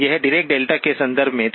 यह डीरेका डेल्टा के संदर्भ में था